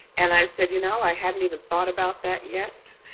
and i said, you know, i hadn't even thought about that yet.